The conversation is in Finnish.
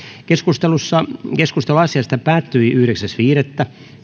keskustelu asiasta päättyi yhdeksäs viidettä